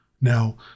Now